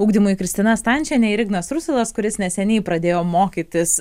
ugdymui kristina stančienė ir ignas rusilas kuris neseniai pradėjo mokytis